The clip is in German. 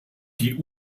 die